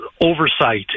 oversight